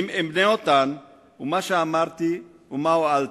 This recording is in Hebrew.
ואם אמנה אותן, ומה שאמרתי, ומה הועלתי?